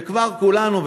וכבר כולנו,